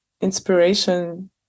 inspiration